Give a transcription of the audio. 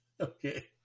okay